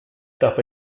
stop